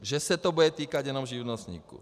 Že se to bude týkat jenom živnostníků.